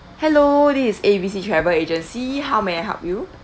hello this is A B C travel agency how may I help you